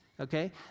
okay